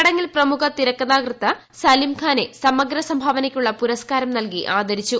ചടങ്ങിൽ പ്രമുഖ തിരക്കഥാകൃത്ത് സലിംഖാനെ സമഗ്ര സംഭാവനയ്ക്കുളള പുരസ്കാരം നൽകി ആദരിച്ചു